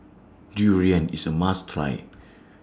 Durian IS A must Try